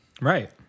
Right